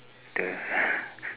the